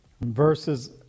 verses